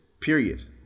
Period